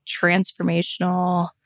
transformational